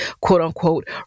quote-unquote